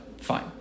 Fine